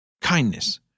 Kindness